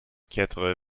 quatre